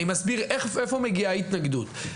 אני מסביר מאיפה מגיעה ההתנגדות.